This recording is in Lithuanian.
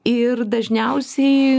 ir dažniausiai